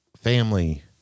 family